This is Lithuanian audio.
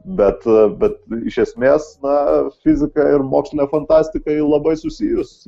bet bet iš esmės na fizika ir mokslinė fantastika ji labai susijus